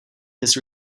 his